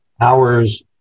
hours